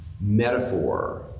metaphor